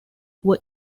were